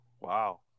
Wow